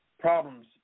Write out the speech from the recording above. problems